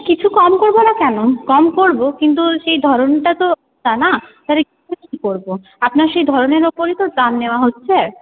কিছু কম করব না কেন কম করব কিন্তু সেই ধরনটা তো আলাদা না কু করব আপনার সেই ধরনের উপরই তো দাম নেওয়া হচ্ছে